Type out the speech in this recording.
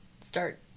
start